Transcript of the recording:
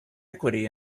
equity